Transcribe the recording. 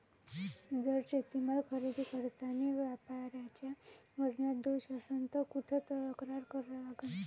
जर शेतीमाल खरेदी करतांनी व्यापाऱ्याच्या वजनात दोष असन त कुठ तक्रार करा लागन?